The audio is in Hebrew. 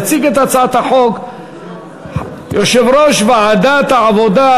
יציג את הצעת החוק יושב-ראש ועדת העבודה,